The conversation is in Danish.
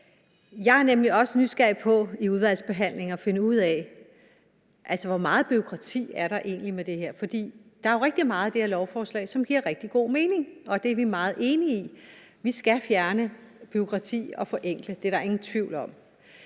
Jeg er nemlig også nysgerrig på i udvalgsbehandlingen at finde ud af, hvor meget bureaukrati der egentlig er med det her. For der er jo rigtig meget af det her lovforslag, som giver rigtig god mening, og vi er meget enige i, at vi skal fjerne bureaukrati og forenkle – det er der ingen tvivl om.